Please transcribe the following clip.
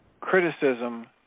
criticism